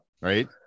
right